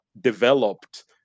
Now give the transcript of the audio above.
developed